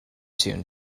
tune